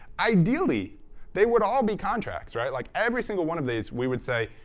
ideally they would all be contracts. right? like, every single one of these we would say,